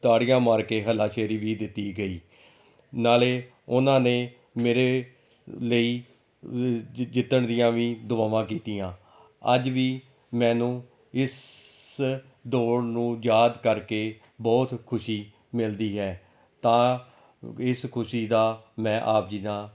ਤਾੜੀਆਂ ਮਾਰ ਕੇ ਹੱਲਾਸ਼ੇਰੀ ਵੀ ਦਿੱਤੀ ਗਈ ਨਾਲੇ ਉਹਨਾਂ ਨੇ ਮੇਰੇ ਲਈ ਜਿ ਜਿੱਤਣ ਦੀਆਂ ਵੀ ਦੁਆਵਾਂ ਕੀਤੀਆਂ ਅੱਜ ਵੀ ਮੈਨੂੰ ਇਸ ਦੌੜ ਨੂੰ ਯਾਦ ਕਰਕੇ ਬਹੁਤ ਖੁਸ਼ੀ ਮਿਲਦੀ ਹੈ ਤਾਂ ਇਸ ਖੁਸ਼ੀ ਦਾ ਮੈਂ ਆਪ ਜੀ ਦਾ